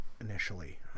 initially